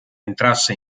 entrasse